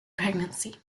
pregnancy